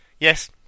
Yes